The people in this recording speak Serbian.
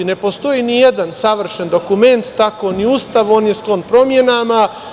Ne postoji nijedan savršen dokument, tako ni Ustav, on je sklon promenama.